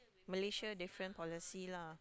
Malaysia different policy lah